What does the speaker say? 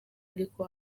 ariko